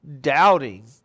doubting